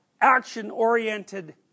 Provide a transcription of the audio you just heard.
Action-oriented